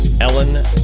Ellen